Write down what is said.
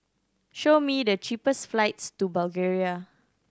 show me the cheapest flights to Bulgaria